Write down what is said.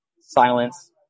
silence